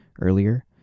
earlier